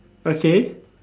okay